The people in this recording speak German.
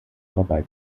vorbei